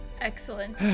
Excellent